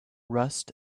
rust